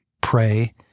pray